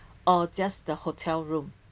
or just the hotel room